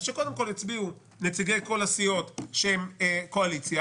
שקודם כול יצביעו נציגי כל הסיעות שהן קואליציה